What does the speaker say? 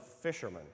fishermen